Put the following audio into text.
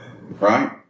Right